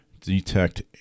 detect